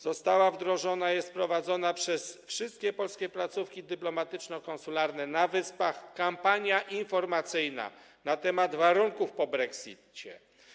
Została wdrożona i jest prowadzona przez wszystkie polskie placówki dyplomatyczno-konsularne na Wyspach kampania informacyjna na temat warunków po brexicie.